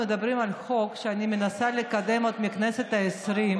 אנחנו מדברים על חוק שאני מנסה לקדם עוד מהכנסת העשרים.